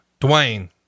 Dwayne